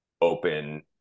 open –